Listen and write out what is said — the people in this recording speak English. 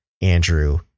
Andrew